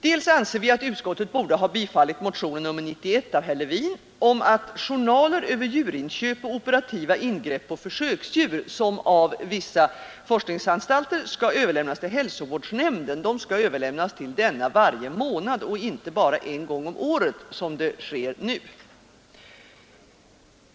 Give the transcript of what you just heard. Dels anser vi att utskottet borde ha biträtt motion nr 91 av herr Levin om att journaler över djurinköp och operativa ingrepp på försöksdjur, som av vissa forskningsanstalter skall överlämnas till hälsovårdsnämnden, bör överlämnas till denna månatligen och inte bara en gång om året som nu sker.